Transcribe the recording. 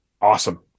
awesome